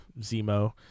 Zemo